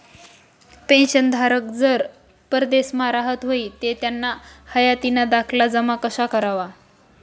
पेंशनधारक जर परदेसमा राहत व्हयी ते त्याना हायातीना दाखला जमा कशा करवा?